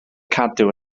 cadw